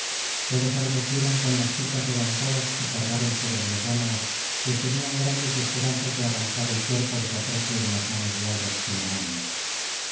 todos arremetieron con las picas levantadas y cargaron sobre los dáñaos pues tenían grandes esperanzas de arrancar el cuerpo de patroclo de las manos de ayax